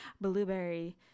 blueberry